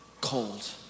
cold